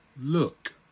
Look